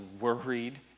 worried